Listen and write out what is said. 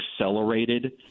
accelerated